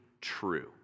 true